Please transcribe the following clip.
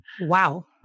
wow